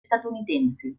statunitensi